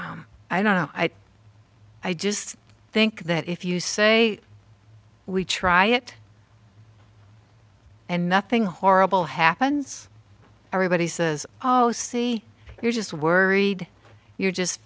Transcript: car i don't know i i just think that if you say we try it and nothing horrible happens everybody says oh see you're just worried you're just